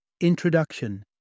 Introduction